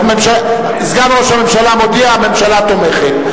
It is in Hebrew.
סגן ראש הממשלה מודיע: הממשלה תומכת.